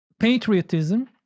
patriotism